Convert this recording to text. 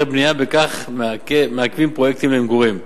בנייה וכך מתעכבים פרויקטים למגורים.